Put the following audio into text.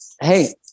Hey